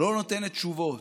לא נותנת תשובות.